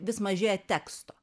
vis mažėja teksto